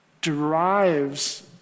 derives